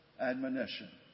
admonition